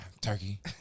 turkey